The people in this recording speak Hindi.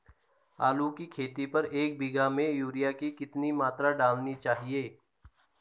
आलू की खेती पर एक बीघा में यूरिया की कितनी मात्रा डालनी चाहिए?